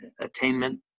attainment